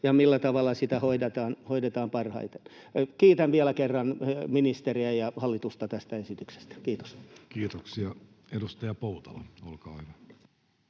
ja millä tavalla sitä hoidetaan parhaiten. Kiitän vielä kerran ministeriä ja hallitusta tästä esityksestä. — Kiitos. [Speech 195] Speaker: